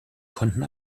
konnten